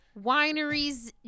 wineries